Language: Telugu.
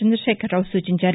చందశేఖరరావు సూచించారు